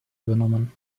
übernommen